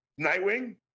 Nightwing